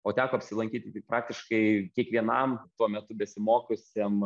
o teko apsilankyti praktiškai kiekvienam tuo metu besimokusiem